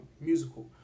musical